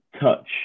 touch